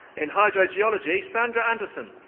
in hydrogeology, sandra andersson.